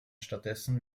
stattdessen